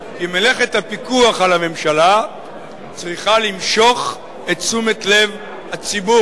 כי מלאכת הפיקוח על הממשלה צריכה למשוך את תשומת-לב הציבור.